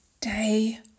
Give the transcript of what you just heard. day